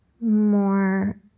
more